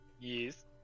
Yes